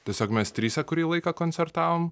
tiesiog mes trise kurį laiką koncertavom